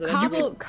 Cobble